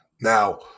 Now